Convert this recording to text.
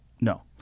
No